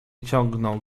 ciągnął